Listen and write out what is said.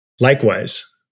likewise